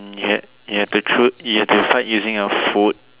you you have to choose you have to fight using a food